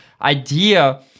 idea